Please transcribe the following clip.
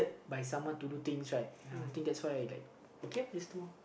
by someone to do things right ya I think that's why like okay let's do uh